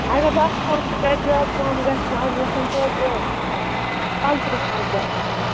اَگر بہٕ اَتھ کَم تہِ کرٕ زیادٕ کَم گژھِ نہٕ اَتھ گژھَن توتہِ پانٛژھ ترٕٛہ ساس گژھٕنۍ